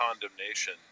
condemnation